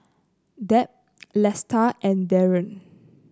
Deb Lesta and Darrian